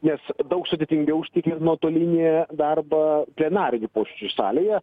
nes daug sudėtingiau užtikrint nuotolinį darbą plenarinių posėdžių salėje